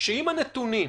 שאם הנתונים,